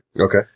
okay